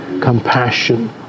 Compassion